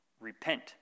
Repent